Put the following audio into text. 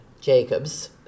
Jacobs